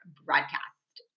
broadcast